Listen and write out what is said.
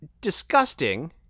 disgusting